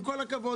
עם כל הכבוד.